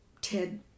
Ted